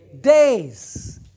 days